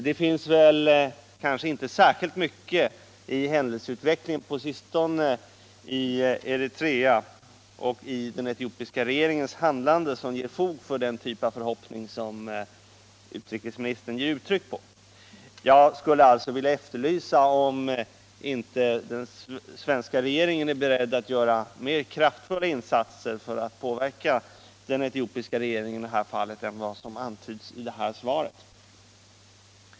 Det finns kanske inte särskilt mycket i händelseutvecklingen på sistone i Eritrea och i den etiopiska regeringens handlande som ger fog för den typ av förhoppning som utrikesministern ger uttryck åt. Jag skulle alltså vilja fråga om inte den svenska regeringen är beredd att göra mer kraftfulla insatser för att påverka den etiopiska regeringen i det här fallet än vad som antyds i svaret.